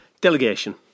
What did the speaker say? delegation